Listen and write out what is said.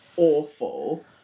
awful